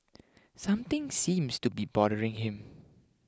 something seems to be bothering him